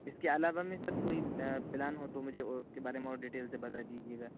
اس کے علاوہ میں سر کوئی پلان ہو تو مجھے اور اس کے بارے میں اور ڈٹیل سے بتا دیجیے گا